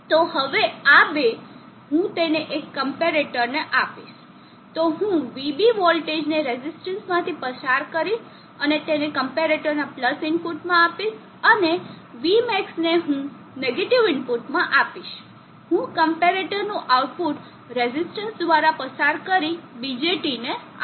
તો હવે આ બે હું તેને એક ક્મ્પેરેટર ને આપીશ તો હું vB વોલ્ટેજને રેઝિસ્ટન્સ માંથી પસાર કરીશ અને તેને કમ્પેરેટરના પ્લસ ઇનપુટમાં આપીશ અને vmax ને હું નેગેટીવ ઇનપુટમાં આપીશ હું ક્મ્પેરેટર નું આઉટપુટ રેઝિસ્ટર દ્વારા પસાર કરી BJT ને આપીશ